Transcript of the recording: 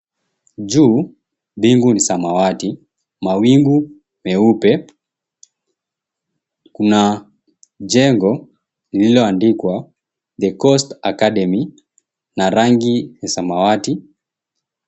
Juu mbingu ni samawati mawingu meupe, kuna jengo lililoandikwa, The Coast Academy na rangi ya samawati.